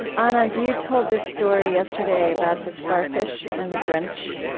anand, you told this story yesterday, about the starfish and the grinch.